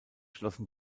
schlossen